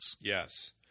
Yes